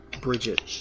Bridget